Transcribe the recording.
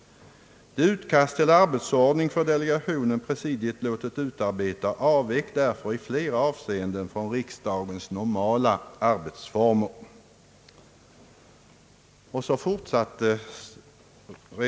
Det utkast till arbetsord ning för delegationen presidiet Jåtit utarbeta avvek därför i flera avseenden från riksdagens normala arbetsformer.